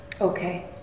Okay